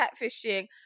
catfishing